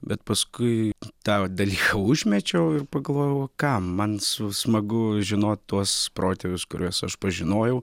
bet paskui tą dalyką užmečiau ir pagalvojau kam man su smagu žinoti tuos protėvius kuriuos aš pažinojau